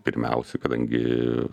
pirmiausia kadangi